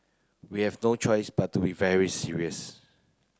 we have no choice but to be very serious